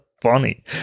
funny